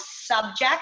subject